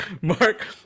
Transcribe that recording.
mark